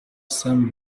sent